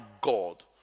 God